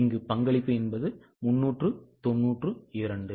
இங்கு பங்களிப்பு 392 என்பது மாறாது